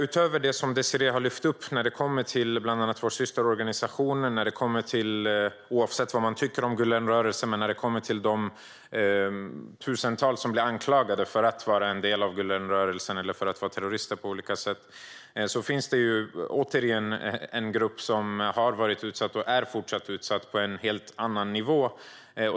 Utöver det som Désirée har lyft fram bland annat gällande vår systerorganisation och gällande de tusentals som blir anklagade för att vara en del av Gülenrörelsen - oavsett vad man tycker om den - eller för att vara terrorister på olika sätt finns det en grupp som har varit utsatt och fortfarande är utsatt på en helt annan nivå.